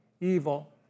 evil